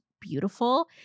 beautiful